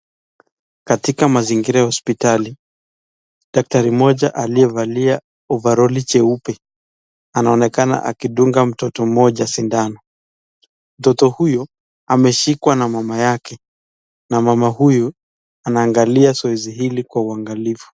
Katika mazingira ya hospitali, daktari mmoja aliyevalia ovaroli jeupe, anaonekana akidunga mtoto mmoja sindano. Mtoto huyo ameshikwa na mama yake na mama huyu anaangalia zoezi hili kwa uangalifu.